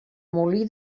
molí